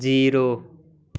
zero